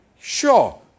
sure